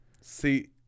See